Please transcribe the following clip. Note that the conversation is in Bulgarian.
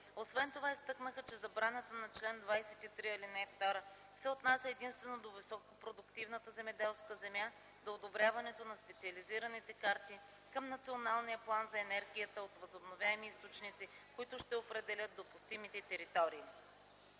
Освен това изтъкнаха, че забраната на чл. 23, ал. 2 се отнася единствено до високопродуктивната земеделска земя до одобряването на специализираните карти към Националния план за енергията от възобновяеми източници, които ще определят допустимите територии.